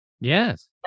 yes